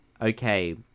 Okay